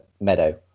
meadow